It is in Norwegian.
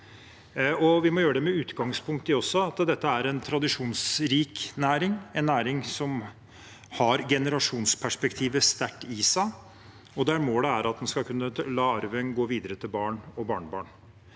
vi må gjøre det med utgangspunkt i at dette er en tradisjonsrik næring, en næring som har generasjonsperspektivet sterkt i seg, og der målet er at en skal kunne la arven gå videre til barn og barnebarn.